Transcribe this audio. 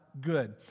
Good